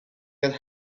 that